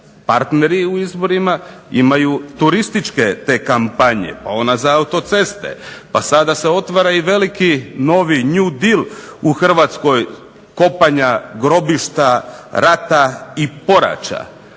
partneri u izborima imaju turističke kampanje, pa ona za autoceste pa sada se otvara veliki new deal u Hrvatskoj, kopanja grobišta rata i poraća.